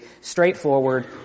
straightforward